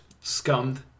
Scummed